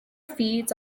feeds